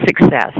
success